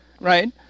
right